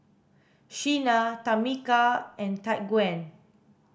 Sheena Tamica and Tyquan